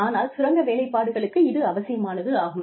ஆனால் சுரங்க வேலைப்பாடுகளுக்கு இது அவசியமானதாகும்